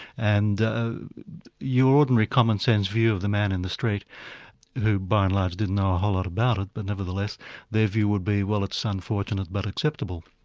and your ordinary commonsense view of the man-in-the-street who, by and large, didn't know a whole lot about it, but nevertheless their view would be, well, it's unfortunate, but acceptable.